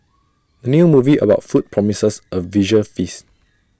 new movie about food promises A visual feast